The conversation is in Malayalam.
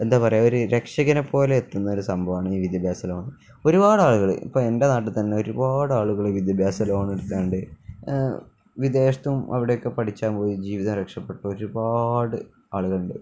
എന്താണു പറയുക ഒരു രക്ഷകനെ പോലെ എത്തുന്ന ഒരു സംഭവമാണ് ഈ വിദ്യാഭ്യാസ ലോണ് ഒരുപാട് ആളുകള് ഇപ്പോള് എൻ്റെ നാട്ടിൽ തന്നെ ഒരുപാട് ആളുകള് വിദ്യാഭ്യാസ ലോൺ എടുത്തുകൊണ്ട് വിദേശത്തും അവിടെയൊക്കെ പഠിക്കാൻ പോയി ജീവിതം രക്ഷപ്പെട്ട ഒരുപാട് ആളുകളുണ്ട്